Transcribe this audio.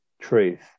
truth